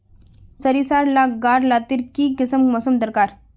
सरिसार ला गार लात्तिर की किसम मौसम दरकार?